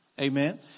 Amen